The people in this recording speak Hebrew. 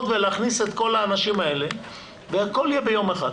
ולהכניס את כל האנשים האלה והכול יהיה ביום אחד,